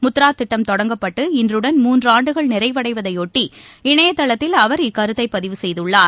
முத்ராதிட்டம் தொடங்கப்பட்டு இன்றுடன் மூன்றாண்டுகள் நிறைவடைவதையொட்டி இணையதளத்தில் அவர் இக்கருத்தைபதிவு செய்துள்ளார்